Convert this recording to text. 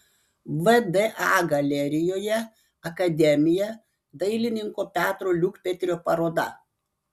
vda galerijoje akademija dailininko petro liukpetrio paroda